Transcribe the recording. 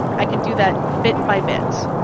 i can do that bit by bit.